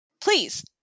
please